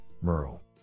Merle